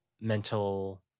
mental